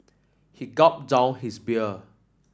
he gulped down his beer